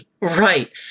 Right